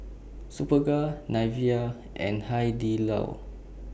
Superga Nivea and Hai Di Lao